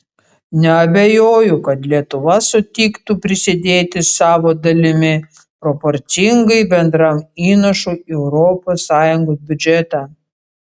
neabejoju kad lietuva sutiktų prisidėti savo dalimi proporcingai bendram įnašui į europos sąjungos biudžetą